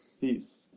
peace